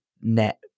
net